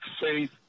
faith